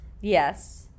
Yes